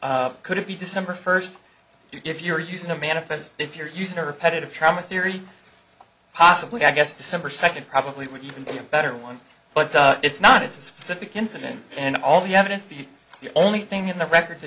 they couldn't be december first if you're using a manifest if you're using a repetitive trauma theory possibly i guess december second probably would even be a better one but it's not it's a specific incident and all the evidence the the only thing in the record